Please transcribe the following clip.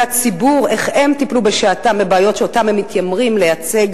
ובאוזני הציבור איך הם טיפלו בשעתם בבעיות שאותן הם מתיימרים לייצג